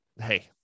hey